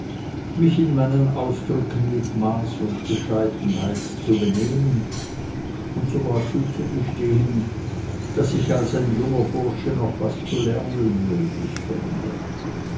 mich in meinen ausdrücken mit maß und bescheidenheit zu benehmen und sogar zuzugestehen daß ich als ein junger bursche noch was zu lernen möglich fände